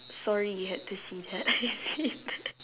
sorry you had to see that